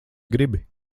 gribi